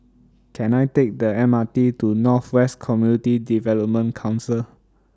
Can I Take The M R T to North West Community Development Council